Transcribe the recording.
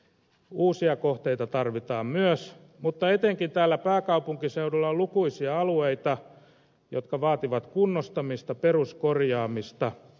uusia kohteita tarvitaan myös mutta etenkin täällä pääkaupunkiseudulla on lukuisia alueita jotka vaativat kunnostamista peruskorjaamista